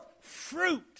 fruit